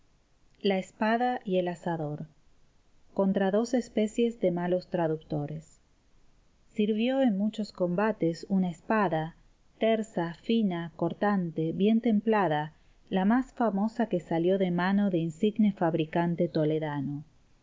la espada y el asador contra dos especies de malos traductores sirvió en muchos combates una espada tersa fina cortante bien templada la más famosa que salió de mano de insigne fabricante toledano